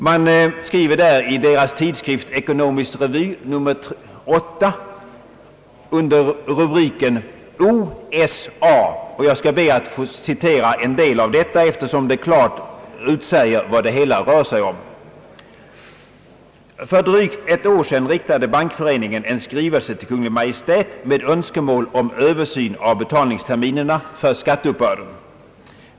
Jag skall be att få citera ur en artikel med rubriken »O.s.a.» i Bankföreningens tidskrift Ekonomisk Revy nr 8, eftersom där klart utsägs vad det rör sig om. »För drygt ett år sedan riktade Bankföreningen en skrivelse till Kungl. Maj:t med önskemål om översyn av betalningsterminerna för skatteuppbörden.